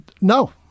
No